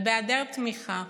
ובהיעדר תמיכה,